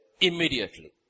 immediately